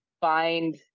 find